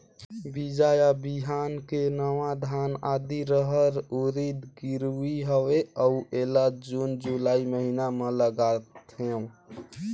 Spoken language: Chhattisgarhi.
बीजा या बिहान के नवा धान, आदी, रहर, उरीद गिरवी हवे अउ एला जून जुलाई महीना म लगाथेव?